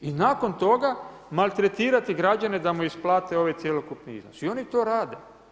I nakon toga maltletirati građane da mu isplate ovaj cjelokupni iznos i oni to rade.